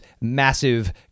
massive